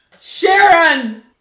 Sharon